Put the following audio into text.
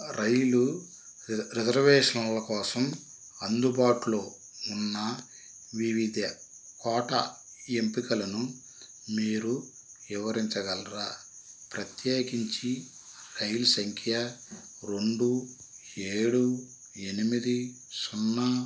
రైలు రిజర్వేషన్ల కోసం అందుబాటులో ఉన్న వివిధ కోటా ఎంపికలను మీరు వివరించగలరా ప్రత్యేకించి రైలు సంఖ్య రెండు ఏడు ఎనిమిది సున్నా